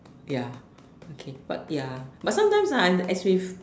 ya okay but ya but sometimes as if